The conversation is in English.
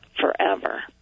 forever